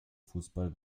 fußball